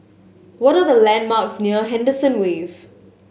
what are the landmarks near Henderson Wave